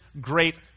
great